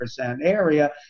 area